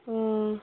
ꯑꯥ